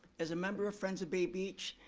as a member of friends of bay beach,